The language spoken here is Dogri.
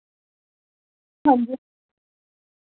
हांजी